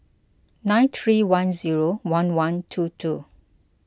nine three one zero one one two two